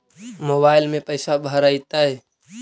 Mobile में पैसा भरैतैय?